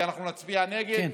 כי אנחנו נצביע נגד,